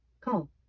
Call